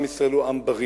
עם ישראל הוא עם בריא